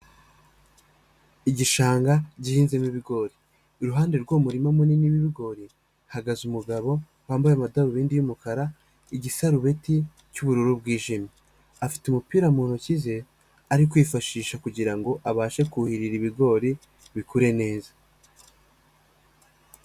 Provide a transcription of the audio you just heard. Igishanga gihinzemo ibigori, iruhande rw'umurima munini w'ibigori hagaze umugabo wambaye amadarubindi y'umukara, igisarubeti cy'ubururu bwijimye, afite umupira mu ntoki ze ari kwifashisha kugira ngo abashe kuhirira ibigori bikure neza.